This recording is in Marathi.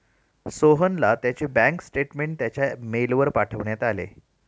सोहनला त्याचे बँक स्टेटमेंट त्याच्या मेलवर पाठवण्यात आले